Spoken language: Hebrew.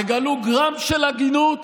תגלו גרם של הגינות.